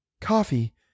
Coffee